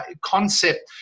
concept